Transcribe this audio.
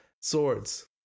swords